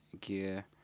gear